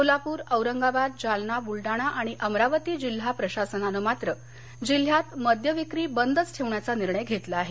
सोलापूर औरंगाबाद जालना बुलडाणा आणि अमरावती जिल्हा प्रशासनानं मात्र जिल्ह्यात मद्य विक्री बंदच ठेवण्याचा निर्णय घेतला आहे